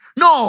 no